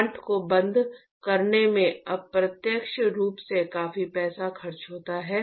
plant को बंद करने में अप्रत्यक्ष रूप से काफी पैसा खर्च होता है